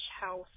house